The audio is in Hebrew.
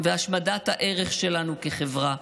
והשמדת הערך שלנו כחברה,